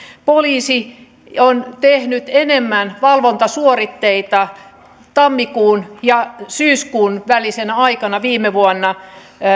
poliisi on tehnyt enemmän valvontasuoritteita tammikuun ja syyskuun välisenä aikana viime vuonna